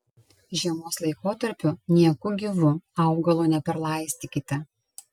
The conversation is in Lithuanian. žiemos laikotarpiu nieku gyvu augalo neperlaistykite